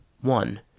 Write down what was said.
One